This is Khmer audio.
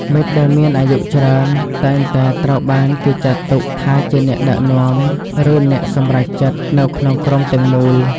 មិត្តដែលមានអាយុច្រើនតែងតែត្រូវបានគេចាត់ទុកថាជាអ្នកដឹកនាំ ឬអ្នកសម្រេចចិត្តនៅក្នុងក្រុមទាំងមូល។